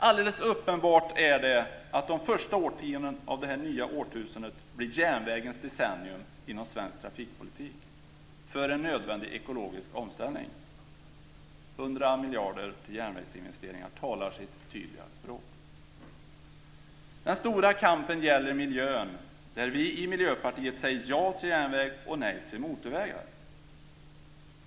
Alldeles uppenbart är att de första årtiondena av det nya årtusendet blir järnvägens decennium inom svensk trafikpolitik - för en nödvändig ekologisk omställning. 100 miljarder till järnvägsinvesteringar talar sitt tydliga språk! Den stora kampen gäller miljön. Vi i Miljöpartiet säger ja till järnväg och nej till motorvägar.